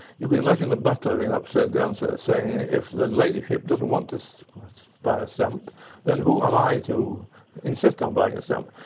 you can imagine the butler in upstairs downstairs saying, if the ladyship doesn't want to so buy a stamp then who am i to insist on buying a stamp?